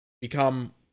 Become